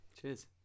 Cheers